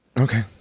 Okay